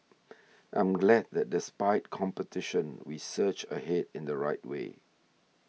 I'm glad that despite competition we surged ahead in the right way